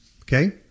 Okay